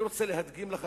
ואני רוצה להדגים לך,